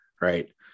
right